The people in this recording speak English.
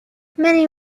many